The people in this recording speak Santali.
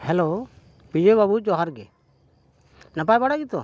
ᱦᱮᱞᱳ ᱯᱤ ᱮ ᱵᱟᱹᱵᱩ ᱡᱚᱦᱟᱨ ᱜᱮ ᱱᱟᱯᱟᱭ ᱵᱟᱲᱟᱭ ᱜᱮᱛᱚ